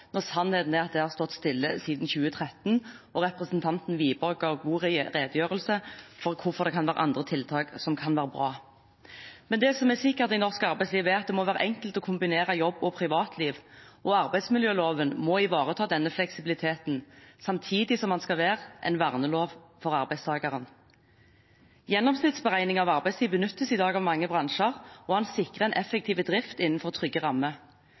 når sannheten er at det har stått stille siden 2013. Representanten Wiborg har gjort godt rede for hvorfor det kan være andre tiltak som kan være bra. Men det som er sikkert i norsk arbeidsliv, er at det må være enkelt å kombinere jobb og privatliv. Arbeidsmiljøloven må ivareta denne fleksibiliteten, samtidig som den skal være en vernelov for arbeidstakerne. Gjennomsnittsberegning av arbeidstid benyttes i dag av mange bransjer og sikrer effektiv drift innenfor trygge rammer.